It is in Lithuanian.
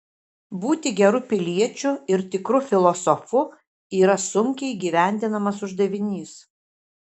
būti geru piliečiu ir tikru filosofu yra sunkiai įgyvendinamas uždavinys